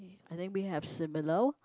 okay I think we have similar